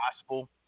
gospel